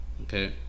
okay